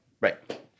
Right